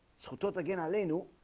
so taught again elena